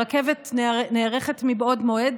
הרכבת נערכת מבעוד מועד,